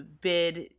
bid